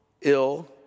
ill